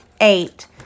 eight